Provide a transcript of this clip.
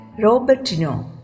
Robertino